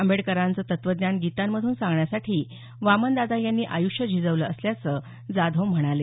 आंबेडकरांचे तत्वज्ञान गीतांमधून सांगण्यासाठी वामनदादा यांनी आयुष्य झिजवलं असल्याचं जाधव यांनी सांगितलं